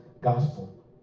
gospel